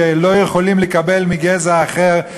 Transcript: שלא יכולים לקבל מגזע אחר.